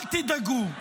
אל תדאגו,